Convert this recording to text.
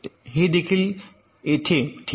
हे देखील तेथे आहे ठीक आहे